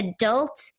adult